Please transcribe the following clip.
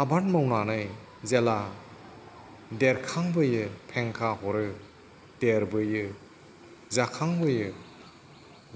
आबाद मावनानै जेला देरखांबोयो फेंखा हरो देरबोयो जाखांबोयो